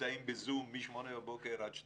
נמצאים בזום מ-08:00 עד 14:00,